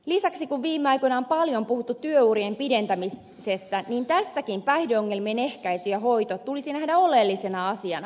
lisäksi kun viime aikoina on paljon puhuttu työurien pidentämisestä niin tässäkin päihdeongelmien ehkäisy ja hoito tulisi nähdä oleellisena asiana